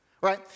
right